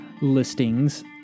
listings